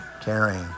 caring